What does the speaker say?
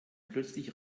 plötzlich